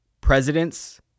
Presidents